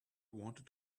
wanted